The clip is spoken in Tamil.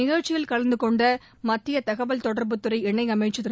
நிகழ்ச்சியில் கலந்து கொண்ட மத்திய தகவல் தொடர்புதுறை இணையமைச்சர் திரு